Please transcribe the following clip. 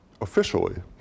officially